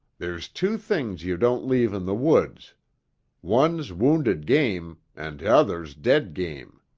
there's two things you don't leave in the woods one's wounded game and t'other's dead game.